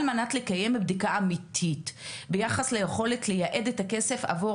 מנת לקיים בדיקה אמיתית ביחס ליכולת לייעד את הכסף עבור